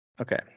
okay